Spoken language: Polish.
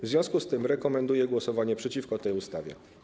W związku z tym rekomenduję głosowanie przeciwko tej ustawie.